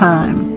Time